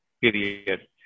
period